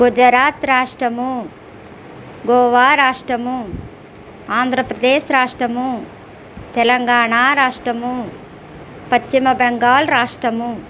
గుజరాత్ రాష్ట్రం గోవా రాష్ట్రం ఆంధ్రప్రదేశ్ రాష్ట్రం తెలంగాణ రాష్ట్రం పశ్చిమ బెంగాల్ రాష్ట్రం